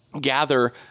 gather